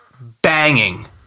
Banging